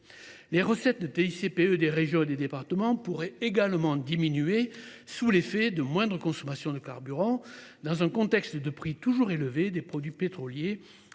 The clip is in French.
Les recettes de TICPE des régions et des départements pourraient également diminuer sous l’effet de moindres consommations de carburants, dans un contexte de prix toujours élevés des produits pétroliers